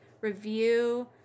review